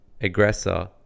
aggressor